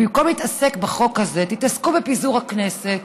במקום להתעסק בחוק הזה, תתעסקו בפיזור הכנסת,